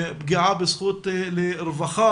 פגיעה בזכות לרווחה,